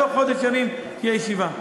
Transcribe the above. בתוך חודש ימים תהיה ישיבה.